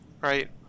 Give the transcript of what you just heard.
right